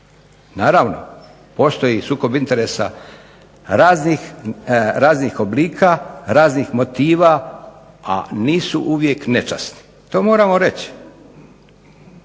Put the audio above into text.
Naravno, postoji i sukob interesa raznih oblika, raznih motiva, a nisu uvijek nečasni. To moramo reći.